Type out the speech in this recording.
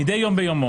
מדי יום ביומו,